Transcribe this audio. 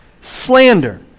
slander